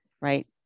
right